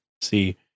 see